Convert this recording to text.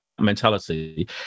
mentality